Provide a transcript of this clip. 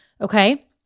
okay